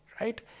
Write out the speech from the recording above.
right